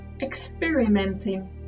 experimenting